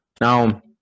Now